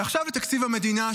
ועכשיו לתקציב המדינה,